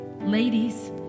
Ladies